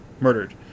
murdered